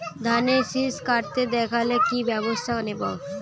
ধানের শিষ কাটতে দেখালে কি ব্যবস্থা নেব?